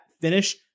finish